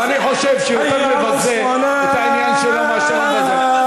אבל אני חושב שהוא יותר מבזה את העניין שלו מאשר בזה,